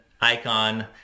icon